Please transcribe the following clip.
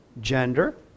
gender